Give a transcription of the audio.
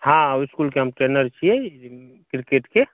हँ इसकुलके हम ट्रेनर छियै क्रिकेटके